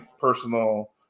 personal